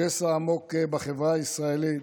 שסע עמוק בחברה הישראלית,